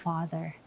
Father